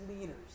leaders